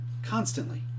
constantly